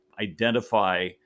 identify